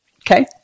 Okay